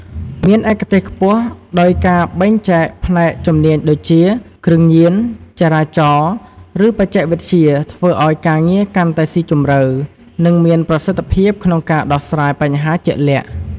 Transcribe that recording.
មានឯកទេសខ្ពស់ ដោយការបែងចែកផ្នែកជំនាញដូចជា គ្រឿងញៀន ចរាចរណ៍ ឬបច្ចេកវិទ្យា ធ្វើឱ្យការងារកាន់តែស៊ីជម្រៅ និងមានប្រសិទ្ធភាពក្នុងការដោះស្រាយបញ្ហាជាក់លាក់។